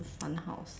fun house